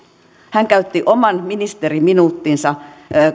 hän käytti oman ministeriminuuttinsa